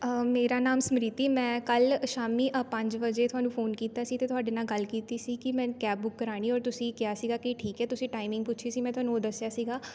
ਮੇਰਾ ਨਾਮ ਸਮਰੀਤੀ ਮੈਂ ਕੱਲ ਸ਼ਾਮੀ ਅ ਪੰਜ ਵਜੇ ਤੁਹਾਨੂੰ ਫੋਨ ਕੀਤਾ ਸੀ ਅਤੇ ਤੁਹਾਡੇ ਨਾਲ ਗੱਲ ਕੀਤੀ ਸੀ ਕਿ ਮੈਂ ਕੈਬ ਬੁੱਕ ਕਰਾਉਣੀ ਔਰ ਤੁਸੀਂ ਕਿਹਾ ਸੀਗਾ ਕਿ ਠੀਕ ਹੈ ਤੁਸੀਂ ਟਾਈਮਿੰਗ ਪੁੱਛੀ ਸੀ ਮੈਂ ਤੁਹਾਨੂੰ ਉਹ ਦੱਸਿਆ ਸੀਗਾ